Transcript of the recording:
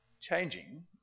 changing